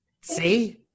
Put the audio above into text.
See